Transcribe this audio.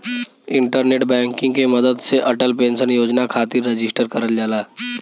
internet banking के मदद से अटल पेंशन योजना खातिर रजिस्टर करल जाला